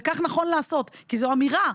וכך נכון לעשות כי זו אמירה,